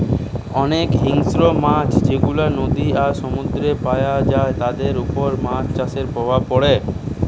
অনেক হিংস্র মাছ যেগুলা নদী আর সমুদ্রেতে পায়া যায় তাদের উপর মাছ চাষের প্রভাব পড়ছে